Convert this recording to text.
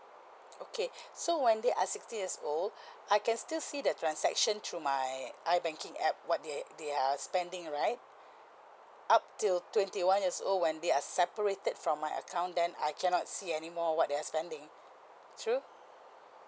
okay so when they are sixteen years old I can still see the transaction through my I banking app what they they are spending right up till twenty one years old when they are separated from my account then I cannot see anymore what they are spending true